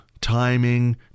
timing